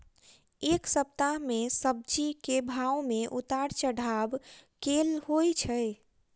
एक सप्ताह मे सब्जी केँ भाव मे उतार चढ़ाब केल होइ छै?